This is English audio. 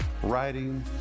writing